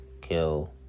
kill